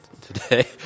today